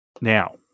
Now